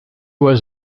was